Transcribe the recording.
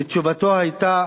ותשובתו היתה: